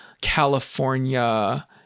California